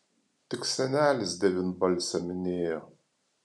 tik senelis devynbalsę minėjo